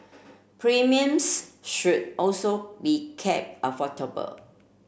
premiums should also be kept affordable